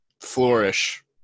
flourish